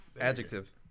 Adjective